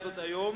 היום.